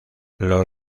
los